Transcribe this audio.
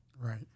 Right